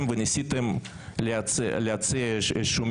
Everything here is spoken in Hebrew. כאשר אנחנו מדברים על המרחק של 80 קילומטרים,